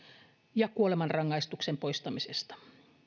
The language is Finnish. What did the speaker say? ja kuolemanrangaistuksen poistamisesta